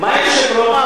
למה מאיר לא עשה את זה?